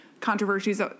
controversies